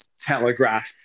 Telegraph